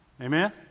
Amen